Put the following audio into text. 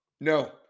no